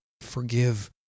Forgive